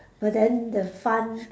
but then the fun